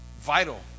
vital